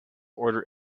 order